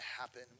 happen